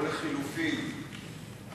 או לחלופין,